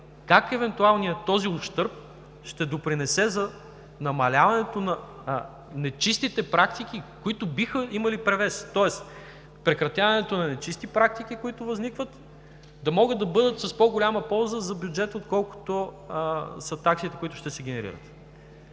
как евентуалният този ущърб ще допринесе за намаляването на нечистите практики, които биха имали превес, тоест прекратяването на нечисти практики, които възникват, да могат да бъдат с по-голяма полза за бюджета, отколкото са таксите, които ще се генерират.